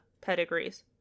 pedigrees